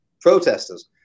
protesters